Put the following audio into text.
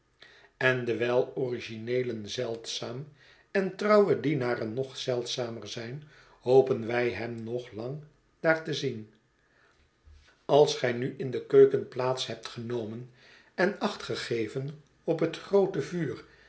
en dewijl origineelen zeldzaam en trouwe dienaren nog zeldzamer zijn hopen wij hem nog lang daar te zien als gij nu in de keuken plaats hebt genomen en acht gegeven op het groote vuur